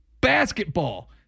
Basketball